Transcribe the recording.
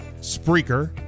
Spreaker